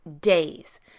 days